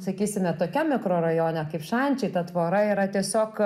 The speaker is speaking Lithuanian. sakysime tokiam mikrorajone kaip šančiai ta tvora yra tiesiog